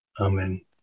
Amen